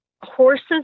horses